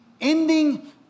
ending